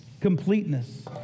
completeness